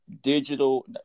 digital